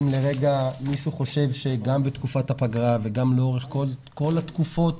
אם לרגע מישהו חושב שגם בתקופת הפגרה וגם לאורך כל התקופות,